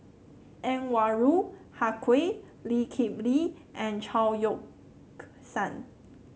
Anwarul Haque Lee Kip Lee and Chao Yoke San